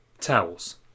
towels